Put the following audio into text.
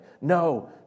no